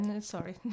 Sorry